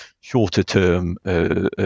shorter-term